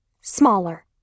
Smaller